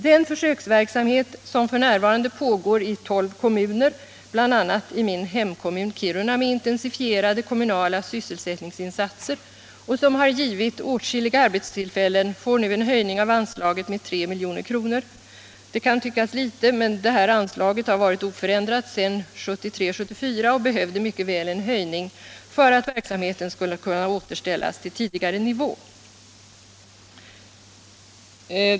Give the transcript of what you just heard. Den försöksverksamhet som f. n. pågår i tolv kommuner, bl.a. i min hemkommun Kiruna, med intensifierade kommunala sysselsättningsinsatser och som har givit åtskilliga arbetstillfällen får nu en höjning av anslaget med 3 milj.kr. Det kan tyckas vara litet, men detta anslag har varit oförändrat sedan 1973/74 och behövde mycket väl en höjning för att verksamheten skulle kunna återställas till tidigare nivå.